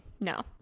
No